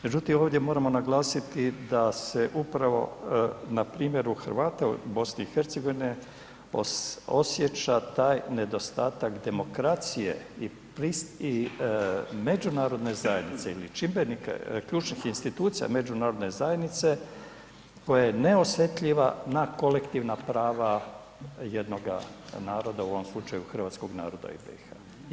Međutim, ovdje moramo naglasiti da se upravo na primjeru Hrvata BiH osjeća taj nedostatak demokracije i međunarodne zajednice ili čimbenika ključnih institucija međunarodne zajednice koja je neosjetljiva na kolektivna prava jednoga naroda, u ovom slučaju hrvatskog naroda iz BiH.